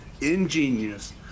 ingenious